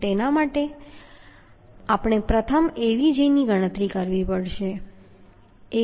તો તેના માટે આપણે પ્રથમ Avg ની ગણતરી કરવી પડશે